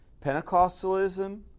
pentecostalism